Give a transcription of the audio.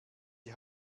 die